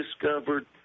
discovered